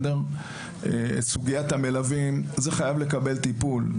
לגבי סוגיית המלווים חייב לקבל טיפול.